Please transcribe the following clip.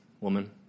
woman